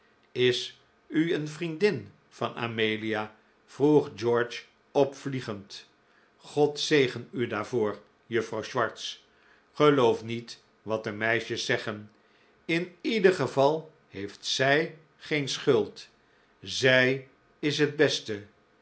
is u een vriendin van amelia vroeg george opvliegend god zegen u daarvoor juffrouw swartz geloof niet wat de meisjes zeggen in ieder geval heeft zij geen schuld zij is het beste